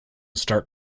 start